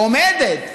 או עומדת,